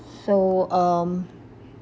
so um